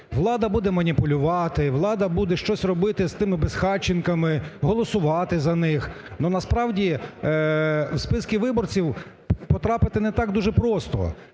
влада буде маніпулювати, влада буде щось робити з тими безхатченками, голосувати за них. Ну, насправді, в списки виборців потрапити не так дуже просто,